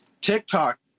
tiktok